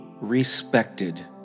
respected